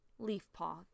Leafpaw